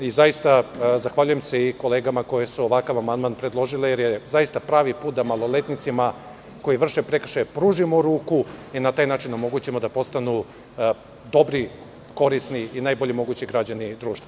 Zaista se zahvaljujem i kolegama koje su ovakav amandman predložile jer je zaista pravi put da maloletnicima koji vrše prekršaje pružimo ruku i na taj način omogućimo da postanu dobri, korisni i najbolji mogući građani društva.